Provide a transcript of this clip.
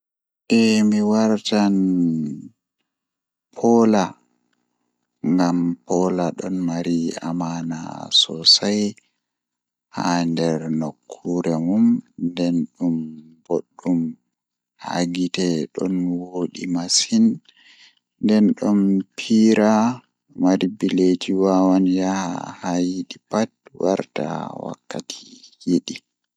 So mi waawi waawugol ko ɗi bird moƴƴi, miɗo ɗonnoo ko laawol albatross. Albatross waawi ngoodi e fota heɓugol, sabu o waawi waada ngal ngal kadi seede fota. O waɗi sabu o waawi njogorteeɗi ngal e woɗɓe, miɗo heɓi njiggaama fota e laawol ngol haa ɗum woni ngam ɗum njidda ngal.